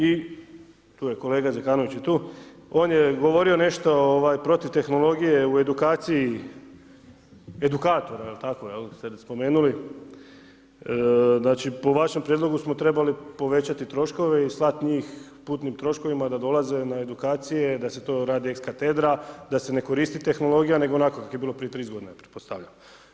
I tu je kolega Zekanović je tu, on je govorio nešto protiv tehnologije u edukaciji, edukatora, ste spomenuli, znači po vašem prijedlogu smo trebali povećati troškove i slati njih, putnim troškovima da dolaze na edukacije, da se to radi ex katedra, da se ne koristiti tehnologija, nego onako kako je bilo prije 30 g. pretpostavljam.